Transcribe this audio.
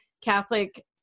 catholic